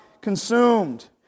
consumed